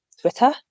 twitter